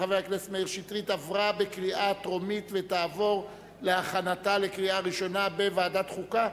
התשע"א 2011, לדיון מוקדם בוועדת החוקה,